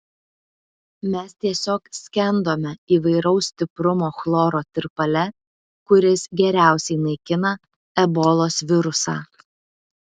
mes tiesiog skendome įvairaus stiprumo chloro tirpale kuris geriausiai naikina ebolos virusą